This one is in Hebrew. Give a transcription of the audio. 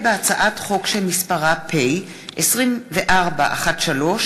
הצעת חוק שירות ביטחון (תיקון מס' 7 והוראת שעה)